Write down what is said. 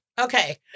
Okay